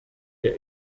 der